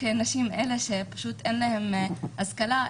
נשים אלה שפשוט אין להן השכלה,